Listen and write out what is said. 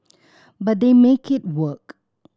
but they make it work